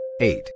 eight